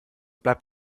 bleibt